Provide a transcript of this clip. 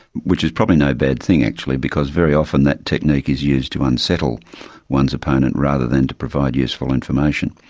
which is probably no bad thing actually because very often that technique is used to unsettle one's opponent rather than to provide useful information.